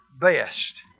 best